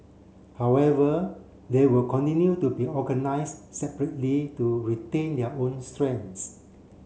however they will continue to be organise separately to retain their own strengths